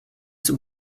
zum